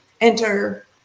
enter